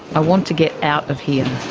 i want to get out of here.